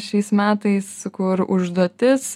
šiais metais kur užduotis